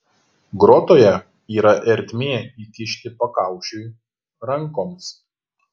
grotoje yra ertmė įkišti pakaušiui rankoms